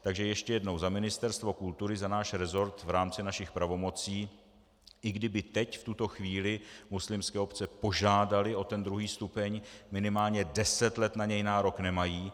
Takže ještě jednou za Ministerstvo kultury, za náš resort v rámci našich pravomocí, i kdyby teď, v tuto chvíli muslimské obce požádaly o ten druhý stupeň, minimálně deset let na něj nárok nemají.